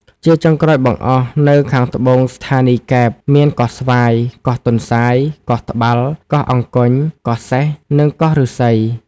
ជាចុងក្រោយបង្អស់ នៅខាងត្បូងស្ថានីយកែប មានកោះស្វាយ កោះទន្សាយ កោះត្បាល់ កោះអង្គញ់ កោះសេះ និងកោះឫស្សី ។